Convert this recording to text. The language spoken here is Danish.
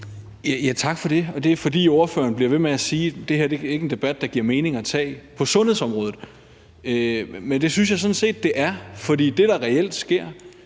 Tak for det. Ordføreren bliver ved med at sige, at det her ikke er en debat, det giver mening at tage på sundhedsområdet. Men det synes jeg sådan set det er. For det, der reelt sker,